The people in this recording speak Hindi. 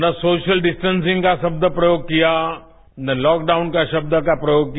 न सोशल डिस्टेंसिंग का शब्द प्रयोग कियाए न लॉकडाउन के शब्द का प्रयोग किया